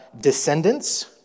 descendants